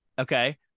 Okay